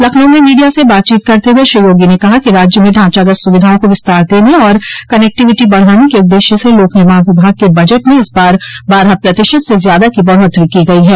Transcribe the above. लखनऊ में मीडिया से बातचीत करते हुए श्री योगी ने कहा कि राज्य में ढांचागत सुविधाओं को विस्तार देने और कनेक्टिविटी बढ़ाने के उददेश्य से लोक निर्माण विभाग के बजट में इस बार बारह प्रतिशत से ज्यादा की बढ़ोत्तरी की गई हैं